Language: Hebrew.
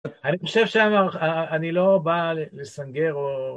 אני חושב שאני לא בא לסנגר